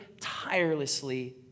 tirelessly